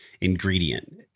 ingredient